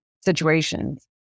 situations